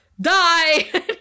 die